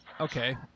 okay